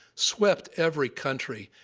swept every country,